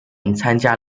参加